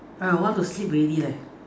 I want to sleep already leh